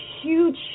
huge